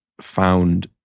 found